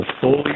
fully